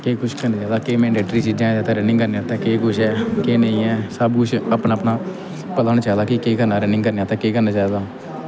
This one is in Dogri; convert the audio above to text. केह् कुछ करना चाहिदा केह् मैंडेट्री चीज़ां च रनिंग करने आस्तै केह् कुछ ऐ केह् नेईं ऐ सब कुछ अपना अपना पता होना चाहिदा कि केह् करना रनिंग करने आस्तै केह् करना चाहिदा